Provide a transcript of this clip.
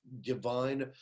divine